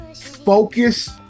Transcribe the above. focus